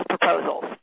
proposals